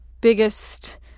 biggest